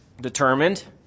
determined